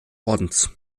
ordens